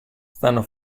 stanno